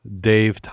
Dave